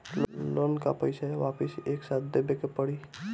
Loan का पईसा वापिस एक साथ देबेके पड़ी?